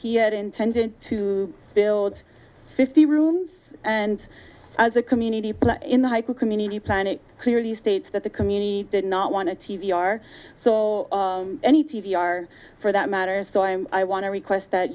he had intended to build fifty rooms and as a community in the high community plan it clearly states that the community did not want to t v are so any t v are for that matter so i'm i want to request that